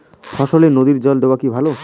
ফসলে নদীর জল দেওয়া কি ভাল?